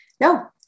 no